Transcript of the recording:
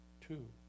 two